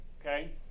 okay